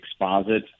exposit